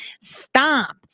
Stop